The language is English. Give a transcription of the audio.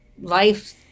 life